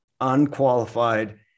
unqualified